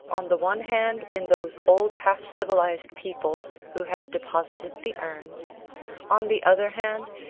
on the one hand, in those old half-civilised people who had deposited the urns on the other hand,